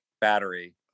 battery